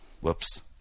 Whoops